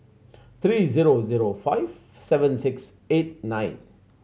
three zero zero five seven six eight nine